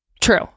true